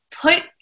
put